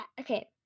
Okay